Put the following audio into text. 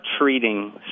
treating